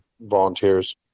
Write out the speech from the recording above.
volunteers